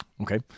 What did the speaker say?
Okay